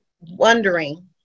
wondering